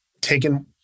taken